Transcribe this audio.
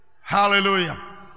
Hallelujah